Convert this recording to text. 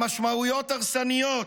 המשמעויות הרסניות.